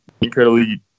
incredibly